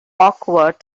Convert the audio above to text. awkward